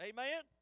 Amen